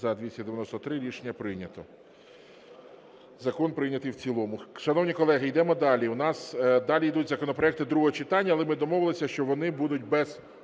За-293 Рішення прийнято. Закон прийнятий в цілому. Шановні колеги, йдемо далі. У нас далі йдуть законопроекти другого читання, але ми домовилися, що вони будуть без